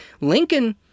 Lincoln